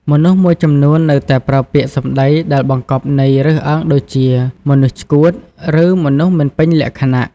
មនុស្សមួយចំនួននៅតែប្រើពាក្យសំដីដែលបង្កប់ន័យរើសអើងដូចជា "មនុស្សឆ្កួត" ឬ "មនុស្សមិនពេញលក្ខណៈ"។